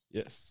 Yes